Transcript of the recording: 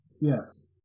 Yes